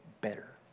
better